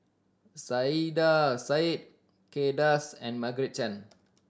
Saiedah Said Kay Das and Margaret Chan